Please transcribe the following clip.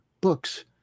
books